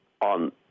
on